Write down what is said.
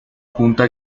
junta